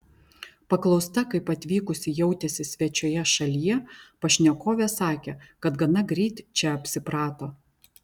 paklausta kaip atvykusi jautėsi svečioje šalyje pašnekovė sakė kad gana greit čia apsiprato